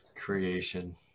Creation